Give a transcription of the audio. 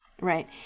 Right